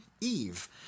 Eve